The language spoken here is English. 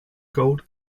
gold